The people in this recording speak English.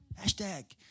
hashtag